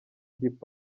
hip